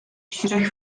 čtyřech